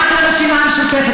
רק לרשימה המשותפת,